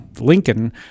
Lincoln